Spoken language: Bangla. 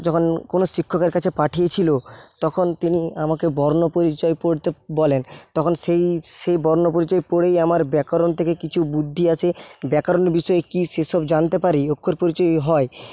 যখন কোনো শিক্ষকের কাছে পাঠিয়েছিল তখন তিনি আমাকে বর্ণপরিচয় পড়তে বলেন তখন সেই সেই বর্ণপরিচয় পড়েই আমার ব্যাকরণ থেকে কিছু বুদ্ধি আসে ব্যাকরণ বিষয় কি সেইসব জানতে পারি অক্ষর পরিচয় হয়